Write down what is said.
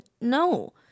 No